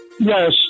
Yes